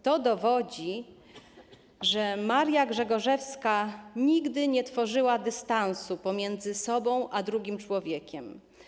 To dowodzi, że Maria Grzegorzewska nigdy nie tworzyła dystansu pomiędzy sobą a drugim człowiekiem.